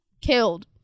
killed